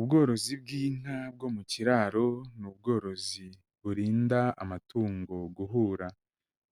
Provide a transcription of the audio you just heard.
Ubworozi bw'inka bwo mu kiraro, ni ubworozi burinda amatungo guhura